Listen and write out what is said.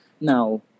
Now